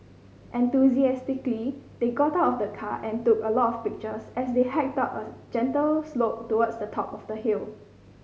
enthusiastically they got out of the car and took a lot of pictures as they hiked up a gentle slope towards the top of the hill